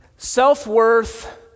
Self-worth